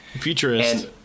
futurist